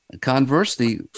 conversely